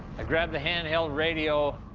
i grab the handheld radio,